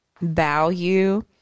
value